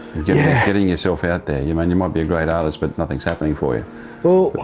yeah getting yourself out there. you might you might be a great artist, but nothings happening for you. so